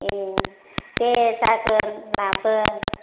ए दे जागोन लाबो